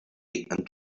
and